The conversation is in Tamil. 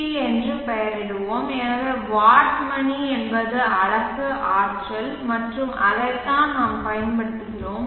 வி என்று பெயரிடுவோம் எனவே வாட் மணி என்பது அலகு ஆற்றல் மற்றும் அதைத்தான் நாம் பயன்படுத்துகிறோம்